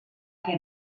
què